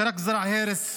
שרק זרע הרס,